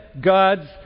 God's